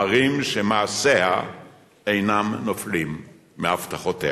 מראות שמעשיה אינם נופלים מהבטחותיה,